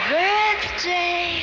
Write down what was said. birthday